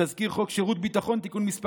תזכיר חוק הדיינים (תיקון מס'